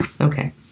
Okay